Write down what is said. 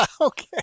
Okay